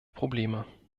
probleme